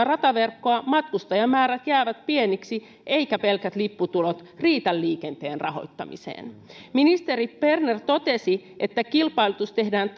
rataverkkoa matkustajamäärät jäävät pieniksi eivätkä pelkät lipputulot riitä liikenteen rahoittamiseen ministeri berner totesi että kilpailutus tehdään